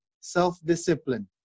self-discipline